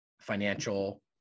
financial